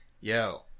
Yo